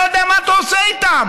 אני לא יודע מה אתה עושה איתם.